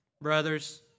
brothers